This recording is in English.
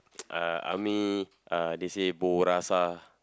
uh army uh they say bo rasa